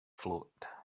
float